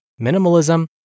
minimalism